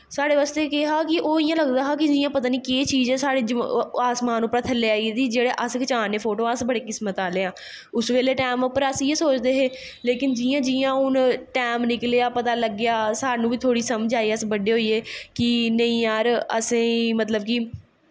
साढ़े बास्ते केह् हा कि इयां लगदा हा जियां केह् चीज़ ऐ साढ़े आसमान परा थल्ले आई गेदी अस किस्मत आह्ले आं जेह्ड़े फोटो खचा ने अस उस बेल्लै टैम उप्पर अस इयै सोचदे हे लेकिन जियां जियां हून टैम निकलेआ पता लग्गेआ स्हानू बी समझ आया अस थोह्ड़े बड्डे होईये कि नेंई यार असेंगी